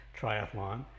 triathlon